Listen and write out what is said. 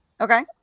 Okay